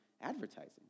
advertising